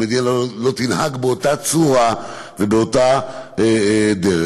המדינה לא תנהג באותה צורה ובאותה דרך.